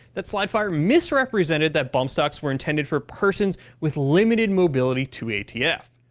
that slide fire misrepresented that bump stocks were intended for persons with limited mobility to atf.